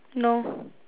no